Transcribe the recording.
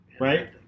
Right